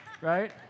right